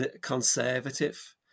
conservative